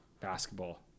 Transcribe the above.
basketball